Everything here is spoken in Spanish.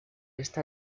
esta